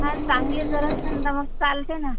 हा चांगली जर असेल तर मग चालते ना